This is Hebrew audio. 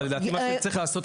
אבל לדעתי מה שצריך לעשות,